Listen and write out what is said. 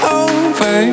over